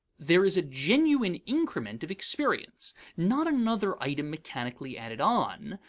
there is a genuine increment of experience not another item mechanically added on,